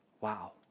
Wow